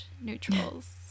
neutrals